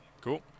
Cool